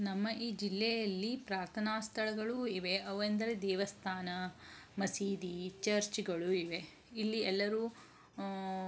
ನಮ್ಮ ಈ ಜಿಲ್ಲೆಯಲ್ಲಿ ಪ್ರಾರ್ಥನಾ ಸ್ಥಳಗಳು ಇವೆ ಅವೆಂದರೆ ದೇವಸ್ಥಾನ ಮಸೀದಿ ಚರ್ಚ್ಗಳು ಇವೆ ಇಲ್ಲಿ ಎಲ್ಲರೂ